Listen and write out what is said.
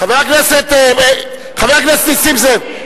חבר הכנסת נסים זאב,